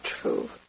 true